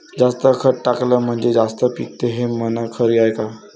जास्त खत टाकलं म्हनजे जास्त पिकते हे म्हन खरी हाये का?